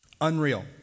Unreal